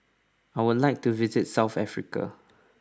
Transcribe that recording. I would like to visit South Africa